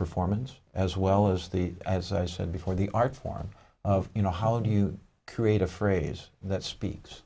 performance as well as the as i said before the art form of you know how do you create a phrase that speaks